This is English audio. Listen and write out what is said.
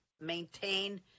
maintain